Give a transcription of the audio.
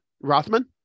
Rothman